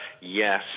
yes